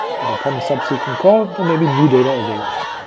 but upon a subsequent call there may be new data available.